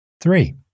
Three